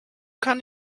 kann